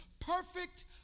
Perfect